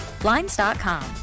Blinds.com